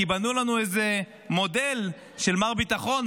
כי בנו לנו איזה מודל של מר ביטחון,